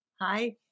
Hi